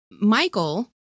Michael